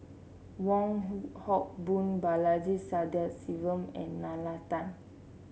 Wong Hock Boon Balaji Sadasivan and Nalla Tan